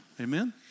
Amen